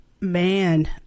Man